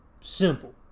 Simple